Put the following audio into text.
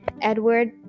Edward